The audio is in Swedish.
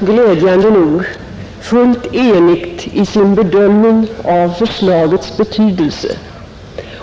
Glädjande nog är lagutskottet fullt enigt i sin bedömning av förslagets betydelse,